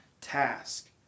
task